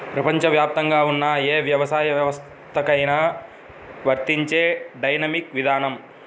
ప్రపంచవ్యాప్తంగా ఉన్న ఏ వ్యవసాయ వ్యవస్థకైనా వర్తించే డైనమిక్ విధానం